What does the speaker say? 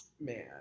Man